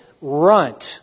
runt